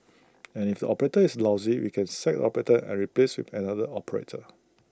and if the operator is lousy we can sack operator and replace with another operator